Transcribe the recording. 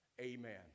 Amen